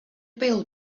bil